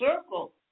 circle